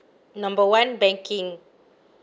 number one banking